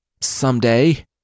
someday